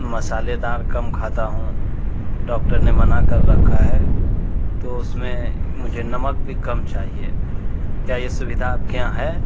مسالے دار کم کھاتا ہوں ڈاکٹر نے منع کر رکھا ہے تو اس میں مجھے نمک بھی کم چاہیے کیا یہ سویدھا آپ کے یہاں ہے